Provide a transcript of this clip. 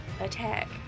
Attack